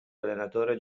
allenatore